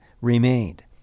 remained